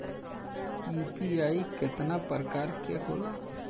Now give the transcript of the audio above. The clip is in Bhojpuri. यू.पी.आई केतना प्रकार के होला?